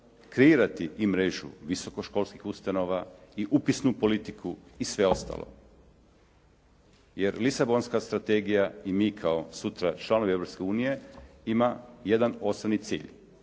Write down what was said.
kreirati i mrežu visokoškolskih ustanova i upisnu politiku i sve ostalo. Jer Lisabonska strategija i mi kao sutra članovi Europske unije ima jedan osnovni cilj,